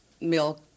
milk